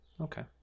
Okay